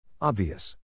Obvious